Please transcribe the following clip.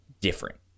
different